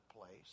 place